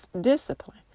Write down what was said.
discipline